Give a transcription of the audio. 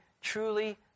truly